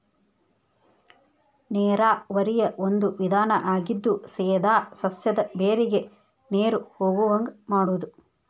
ನೇರಾವರಿಯ ಒಂದು ವಿಧಾನಾ ಆಗಿದ್ದು ಸೇದಾ ಸಸ್ಯದ ಬೇರಿಗೆ ನೇರು ಹೊಗುವಂಗ ಮಾಡುದು